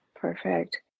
Perfect